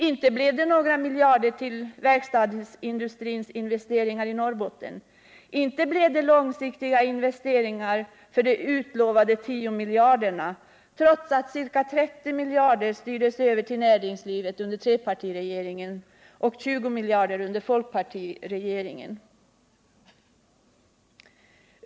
Inte blev det några miljarder till verkstadsindustrins investeringar i Norrbotten. Inte blev det långsiktiga investeringar för de utlovade 10 miljarderna, trots att ca 30 miljarder styrdes över till näringslivet under trepartiregeringen och 20 miljarder under folkpartiregeringen.